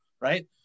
right